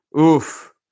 Oof